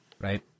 right